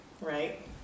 right